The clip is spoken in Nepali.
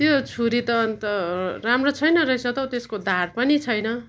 त्यो छुरी त अन्त राम्रो छैन रहेछ त हौ त्यस्को धार पनि छैन